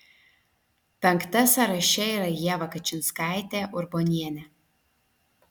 penkta sąraše yra ieva kačinskaitė urbonienė